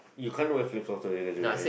you can't wear flip flops during graduation